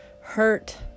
hurt